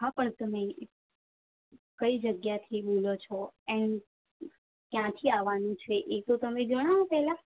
હા પણ તમે કઈ જગ્યાથી બોલો છો એમ કયાંથી આવવાનું છે એ તો તમે જણાવો પહેલાં